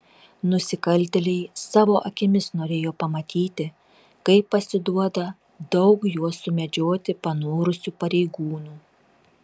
nusikaltėliai savo akimis norėjo pamatyti kaip pasiduoda daug juos sumedžioti panorusių pareigūnų